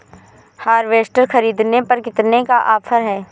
Harvester ख़रीदने पर कितनी का ऑफर है?